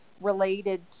related